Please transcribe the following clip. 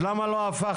אז למה לא הפכתם?